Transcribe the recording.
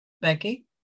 Becky